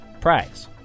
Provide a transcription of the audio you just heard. prize